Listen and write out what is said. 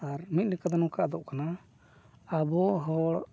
ᱟᱨ ᱢᱤᱫ ᱞᱮᱠᱟ ᱫᱚ ᱱᱚᱝᱠᱟ ᱟᱫᱚᱜ ᱠᱟᱱᱟ ᱟᱵᱚ ᱦᱚᱲ